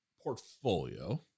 portfolio